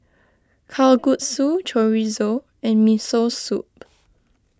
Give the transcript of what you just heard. Kalguksu Chorizo and Miso Soup